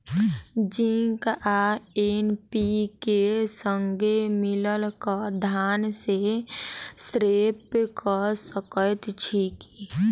Zinc आ NPK, संगे मिलल कऽ धान मे स्प्रे कऽ सकैत छी की?